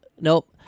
nope